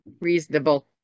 reasonable